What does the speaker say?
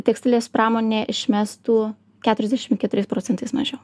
tekstilės pramonė išmestų keturiasdešim keturiais procentais mažiau